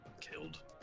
killed